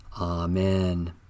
Amen